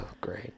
great